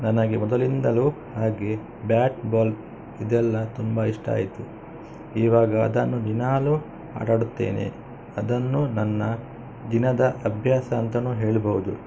ನನಗೆ ಮೊದಲಿಂದಲೂ ಹಾಗೆ ಬ್ಯಾಟ್ ಬಾಲ್ ಇದೆಲ್ಲ ತುಂಬ ಇಷ್ಟ ಆಯಿತು ಇವಾಗ ಅದನ್ನು ದಿನಾಲೂ ಆಟಾಡುತ್ತೇನೆ ಅದನ್ನು ನನ್ನ ದಿನದ ಅಭ್ಯಾಸ ಅಂತಲೂ ಹೇಳ್ಬೌದು